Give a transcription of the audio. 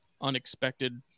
unexpected